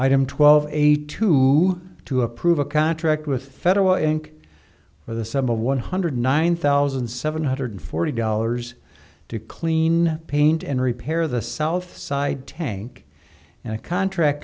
item twelve eight two to approve a contract with federal income for the sum of one hundred nine thousand seven hundred forty dollars to clean paint and repair the south side tank and a contract